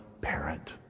parent